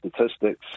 statistics